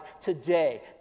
today